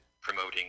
promoting